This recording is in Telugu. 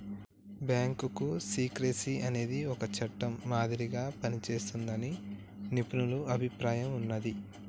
బ్యాంకు సీక్రెసీ అనేది ఒక చట్టం మాదిరిగా పనిజేస్తాదని నిపుణుల అభిప్రాయం ఉన్నాది